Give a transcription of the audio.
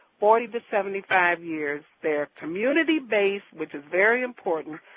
forty to seventy five years. they're community based, which is very important,